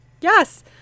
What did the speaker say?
yes